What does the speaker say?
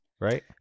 right